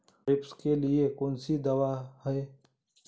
Thrips के लिए कौन सी दवा है?